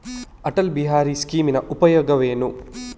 ಅಟಲ್ ಬಿಹಾರಿ ಸ್ಕೀಮಿನ ಉಪಯೋಗವೇನು?